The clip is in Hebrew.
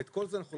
זאת פרוצדורה.